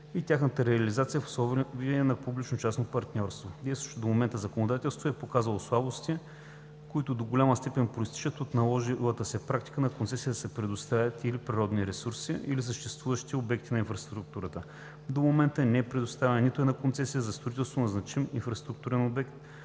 и тяхната реализация в условия на публично-частно партньорство. Действащото до момента законодателство е показало слабости, които до голяма степен произтичат от наложилата се практика на концесия да се предоставят или природни ресурси, или съществуващи обекти на инфраструктурата. До момента не е предоставена нито една концесия за строителство за значим инфраструктурен обект,